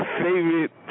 favorite